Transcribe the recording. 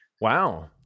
Wow